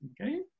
Okay